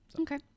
Okay